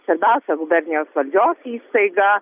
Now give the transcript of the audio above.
svarbiausia gubernijos valdžios įstaiga